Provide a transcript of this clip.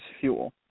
fuel